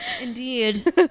Indeed